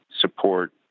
support